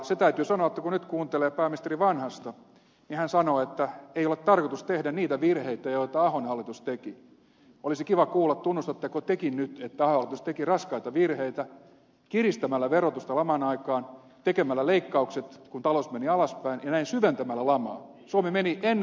se täytyy sanoa että kun nyt kuuntelee pääministeri vanhasta ja kun hän sanoo että ei ole tarkoitus tehdä niitä virheitä joita ahon hallitus teki niin olisi kiva kuulla tunnustatteko tekin nyt että ahon hallitus teki raskaita virheitä kiristämällä verotusta laman aikaan tekemällä leikkaukset kun talous meni alaspäin ja näin syventämällä lamaa